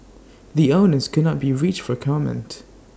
the owners could not be reached for comment